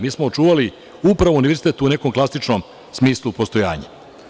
Mi smo očuvali upravo univerzitet u nekom klasičnom smislu postojanja.